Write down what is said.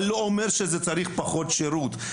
אבל זה לא אומר שצריך פחות שירות.